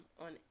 on